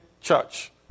church